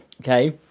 Okay